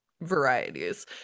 varieties